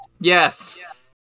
Yes